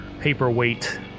paperweight